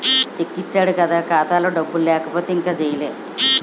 check ఇచ్చీడం కాదు ఖాతాలో డబ్బులు లేకపోతే ఇంక జైలే